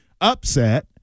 upset